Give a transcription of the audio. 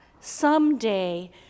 someday